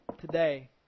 today